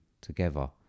together